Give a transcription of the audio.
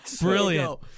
Brilliant